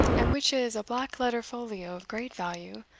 and which is a black-letter folio of great value,